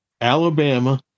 Alabama